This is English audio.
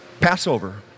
Passover